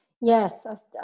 Yes